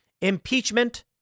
impeachment